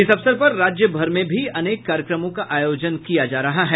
इस अवसर पर राज्य में भी अनेक कार्यक्रमों का आयोजन किया जा रहा है